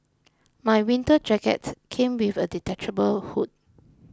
my winter jacket came with a detachable hood